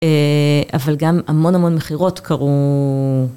אההה אבל גם המון המון מחירות קרו.